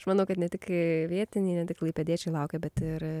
aš manau kad ne tik kai vietiniai ne tik klaipėdiečiai laukia bet ir